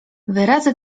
wyrazy